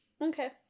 Okay